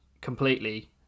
completely